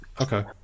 Okay